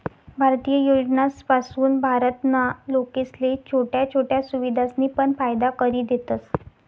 भारतीय योजनासपासून भारत ना लोकेसले छोट्या छोट्या सुविधासनी पण फायदा करि देतस